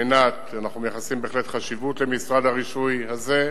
אנחנו בהחלט מייחסים חשיבות למשרד הרישוי הזה,